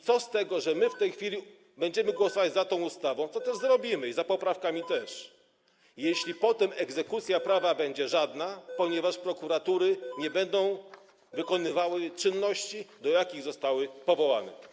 Co z tego, że my w tej chwili zagłosujemy za tą ustawą, co też zrobimy, za poprawkami też, jeśli potem egzekucja prawa będzie żadna, ponieważ prokuratury nie będą wykonywały czynności, do jakich zostały powołane?